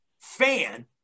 fan